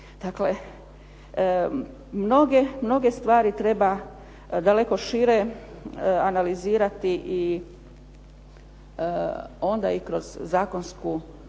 Dakle, mnoge stvari treba daleko šire analizirati i onda ih kroz zakonsku